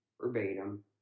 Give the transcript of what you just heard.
verbatim